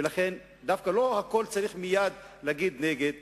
ולכן לא צריך מייד להתנגד לכול.